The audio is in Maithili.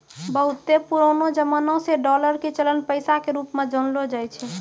बहुते पुरानो जमाना से डालर के चलन पैसा के रुप मे जानलो जाय छै